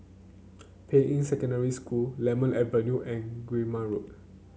Ping Yi Secondary School Lemon Avenue and Guillemard Road